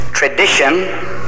Tradition